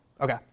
Okay